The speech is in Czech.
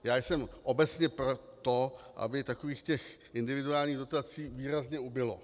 Já jsem obecně pro to, aby takových těch individuálních dotací výrazně ubylo.